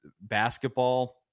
basketball